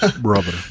Brother